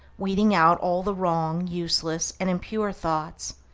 weeding out all the wrong, useless, and impure thoughts,